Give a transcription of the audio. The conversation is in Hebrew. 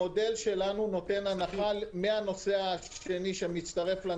המודל שלנו נותן הנחה מהנוסע השני שמצטרף.